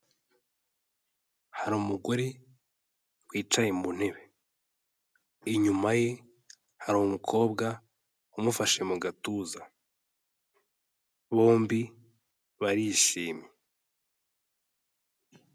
Hari umugore wicaye mu ntebe, inyuma ye hari umukobwa umufashe mu gatuza, bombi barishimye.